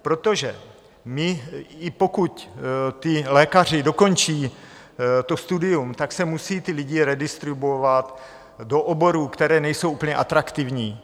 Protože i pokud ti lékaři dokončí to studium, tak se musí ti lidé redistribuovat do oborů, které nejsou úplně atraktivní.